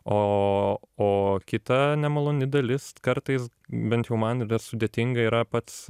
o o kita nemaloni dalis kartais bent jau man yra sudėtinga yra pats